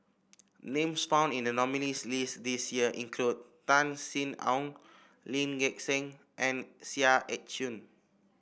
names found in the nominees' list this year include Tan Sin Aun Lee Gek Seng and Seah Eu Chin